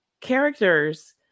characters